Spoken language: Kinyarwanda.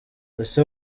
ese